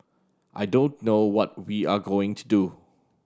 I don't know what we are going to do